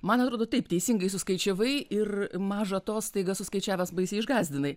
man atrodo taip teisingai suskaičiavai ir maža to staiga suskaičiavęs baisiai išgąsdinai